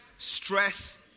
stress